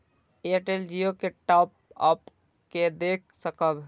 Airtel Jio के top up के देख सकब?